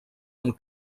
amb